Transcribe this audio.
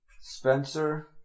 Spencer